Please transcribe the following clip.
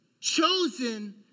chosen